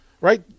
Right